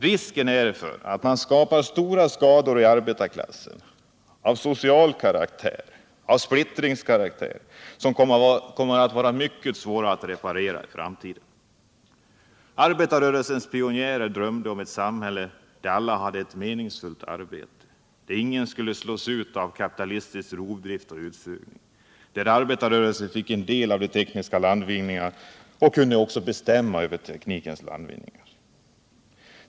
Risken är att man skapar stora skador inom arbetarklassen av social karaktär och av splittringskaraktär, som kommer att bli mycket svåra att reparera i framtiden. Arbetarrörelsens pionjärer drömde om ett samhälle där alla skulle ha ett meningsfullt arbete, där ingen skulle slås ut av kapitalistisk rovdrift och utsugning och där arbetarrörelsen fick del av teknikens landvinningar och även kunde bestämma över dessa.